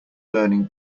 learning